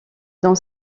dans